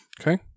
Okay